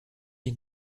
ich